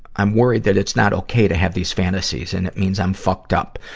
i'm worried that it's not okay to have these fantasies and it means i'm fucked up.